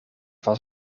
was